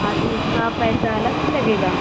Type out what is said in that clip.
हाँ तो उसका पैसा अलग से लगेगा